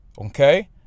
Okay